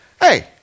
hey